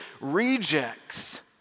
rejects